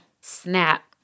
Snap